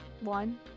one